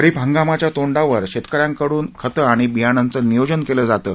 खरीप हंगामाच्या तोंडावर शेतकऱ्याकडून खतं आणि बियाणांचं नियोजन केलं जातं